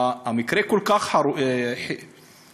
המקרה כל כך חמור,